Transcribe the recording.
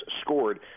scored